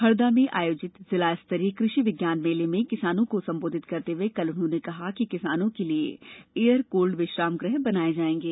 हरदा में आयोजित जिला स्तरीय कृषि विज्ञान मेले में किसानों को संबोधित करते हुए कल उन्होंने कहा कि किसानों के लिए एयरकूल्ड विश्राम गृह बनाये जायेंगे